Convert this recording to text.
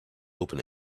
open